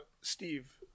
Steve